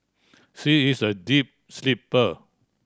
she is a deep sleeper